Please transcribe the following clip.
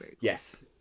yes